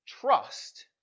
trust